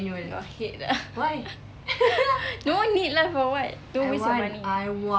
your head lah no need lah for what don't waste your money